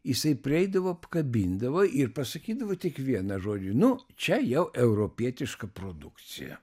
jisai prieidavo apkabindavo ir pasakydavo tik vieną žodį nu čia jau europietiška produkcija